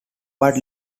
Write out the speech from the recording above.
but